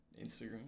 Instagram